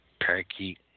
Parakeet